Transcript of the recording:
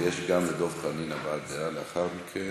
וגם דב חנין, הבעת דעה, לאחר מכן.